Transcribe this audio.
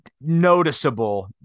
noticeable